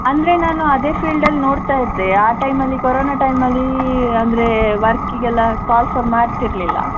ಅಂದರೆ ನಾನು ಅದೇ ಫೀಲ್ಡಲ್ಲಿ ನೋಡ್ತಾ ಇದ್ದೆ ಆ ಟೈಮಲ್ಲಿ ಕೊರೋನ ಟೈಮಲ್ಲಿ ಅಂದರೆ ವರ್ಕಿಗೆಲ್ಲ ಕಾಲ್ ಫಾರ್ ಮಾಡ್ತಿರ್ಲಿಲ್ಲ